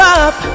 up